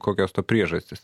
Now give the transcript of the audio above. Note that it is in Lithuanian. kokios to priežastys